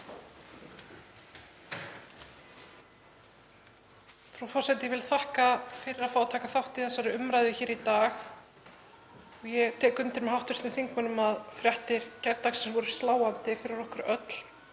Frú forseti. Ég vil þakka fyrir að fá að taka þátt í þessari umræðu hér í dag. Ég tek undir með hv. þingmönnum að fréttir gærdagsins voru sláandi fyrir okkur öll